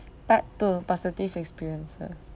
part two positive experiences